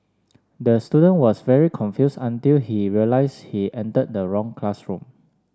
the student was very confuse until he realize he entered the wrong classroom